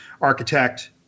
architect